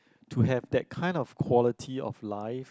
to have that kind of quality of life